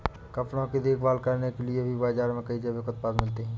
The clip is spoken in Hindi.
कपड़ों की देखभाल करने के लिए भी बाज़ार में कई जैविक उत्पाद मिलते हैं